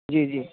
जी जी